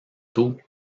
tôt